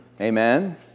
Amen